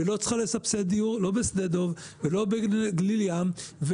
ולא צריכה לסבסד דיור לא בשדה דב ולא בגליל ים,